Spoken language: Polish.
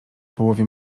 połowie